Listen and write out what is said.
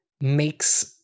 makes